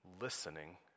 listening